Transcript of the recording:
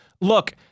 Look